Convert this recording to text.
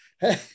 hey